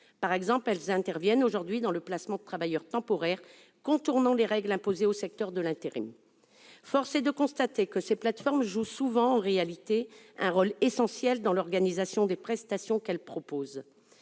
Ainsi, elles interviennent dans le placement de travailleurs temporaires, contournant les règles imposées au secteur de l'intérim. Force est de constater que, en réalité, ces plateformes jouent souvent un rôle essentiel dans l'organisation des prestations qu'elles proposent.